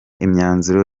imyanzuro